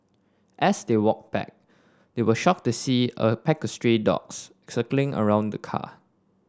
as they walked back they were shocked to see a pack of stray dogs circling around the car